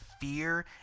fear